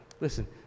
listen